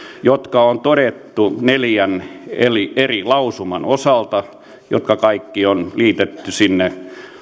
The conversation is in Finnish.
jotka on todettu neljän eri lausuman osalta jotka kaikki on liitetty sinne